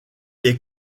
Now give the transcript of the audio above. est